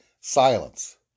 silence